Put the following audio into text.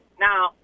Now